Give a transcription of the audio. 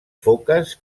foques